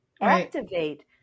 Activate